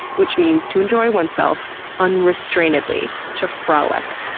which means to enjoy oneself unrestrainedly. to frolic.